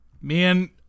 man